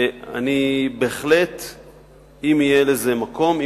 אם יהיה לזה מקום,